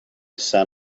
sat